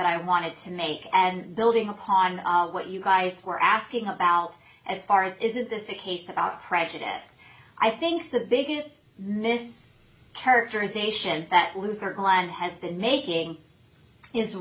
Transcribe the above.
that i wanted to make and building upon what you guys were asking about as far as is this a case about prejudiced i think the biggest mis characterization that loser client has been making is